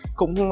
cũng